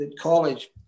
college